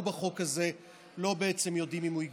בחוק הזה בעצם לא יודעים אם הוא ייגמר.